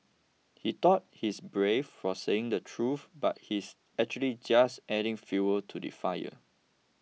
he thought he's brave for saying the truth but he's actually just adding fuel to the fire